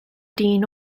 dyn